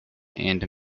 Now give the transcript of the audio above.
and